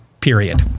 Period